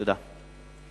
תודה.